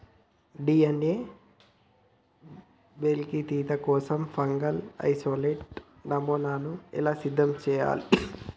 DNA వెలికితీత కోసం fungal isolate నమూనాను ఎలా సిద్ధం చెయ్యాలి?